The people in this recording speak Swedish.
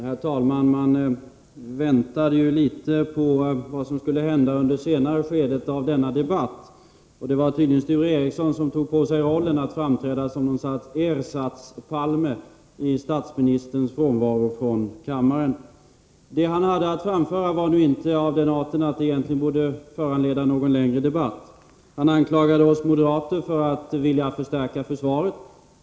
Herr talman! Man väntade litet på vad som skulle hända under senare skedet av denna debatt, och det var tydligen Sture Ericson som tog på sig rollen att framträda som någon slags Ersattspalme i statsministerns frånvaro från kammaren. Det Bertil Måbrink hade att framföra var inte av den arten att det egentligen borde föranleda någon längre debatt. Han anklagade oss moderater för att vilja förstärka försvaret.